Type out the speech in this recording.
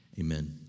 Amen